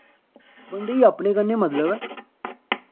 बंदे ई अपने कन्नै मतलब ऐ